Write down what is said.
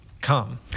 Come